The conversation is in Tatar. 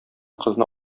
кызны